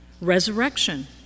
Resurrection